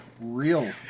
real